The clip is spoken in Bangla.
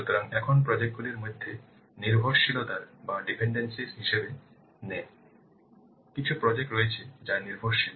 সুতরাং এখন প্রজেক্ট গুলির মধ্যে নির্ভরশীলতার হিসাব নিয়ে কিছু প্রজেক্ট রয়েছে যা নির্ভরশীল